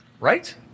Right